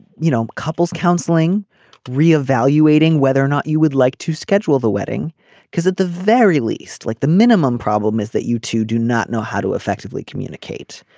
you know. couples counseling re-evaluating whether or not you would like to schedule the wedding because at the very least like the minimum problem is that you two do not know how to effectively communicate.